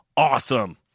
Awesome